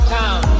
town